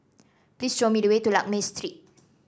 please show me the way to Lakme Street